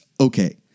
okay